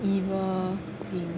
evil